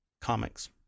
comics